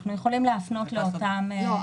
אנחנו יכולים להפנות לאותן תקנות.